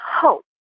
hope